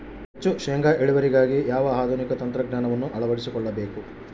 ಹೆಚ್ಚು ಶೇಂಗಾ ಇಳುವರಿಗಾಗಿ ಯಾವ ಆಧುನಿಕ ತಂತ್ರಜ್ಞಾನವನ್ನು ಅಳವಡಿಸಿಕೊಳ್ಳಬೇಕು?